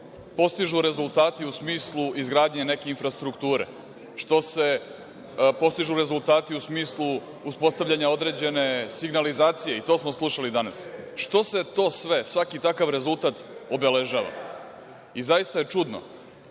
postižu rezultati u smislu izgradnje neke infrastrukture, što se postižu rezultati u smislu uspostavljanja određene signalizacije i to smo slušali danas. Što se to sve, svaki takav rezultat, obeležava. Zaista je čudno